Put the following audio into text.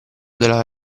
della